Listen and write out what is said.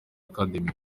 academy